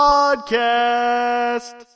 Podcast